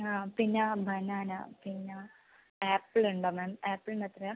ആ പിന്നെ ബനാന പിന്നെ ആപ്പിൾ ഉണ്ടോ മാം ആപ്പിളിന് എത്രയാണ്